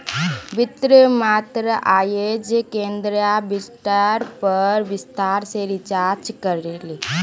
वित्त मंत्री अयेज केंद्रीय बजटेर पर विस्तार से चर्चा करले